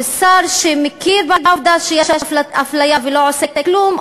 שר שמכיר בעובדה שיש אפליה ולא עושה כלום,